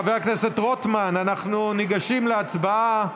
חבר הכנסת רוטמן, אנחנו ניגשים להצבעה.